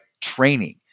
training